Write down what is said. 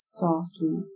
softly